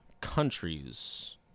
countries